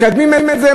מקדמים את זה,